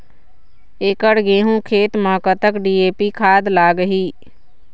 एकड़ गेहूं खेत म कतक डी.ए.पी खाद लाग ही?